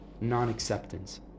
non-acceptance